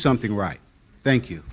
something right thank you